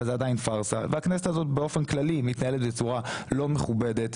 אבל זה עדיין פרסה והכנסת הזאת באופן כללי מתנהלת בצורה לא מכובדת.